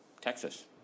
Texas